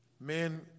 Men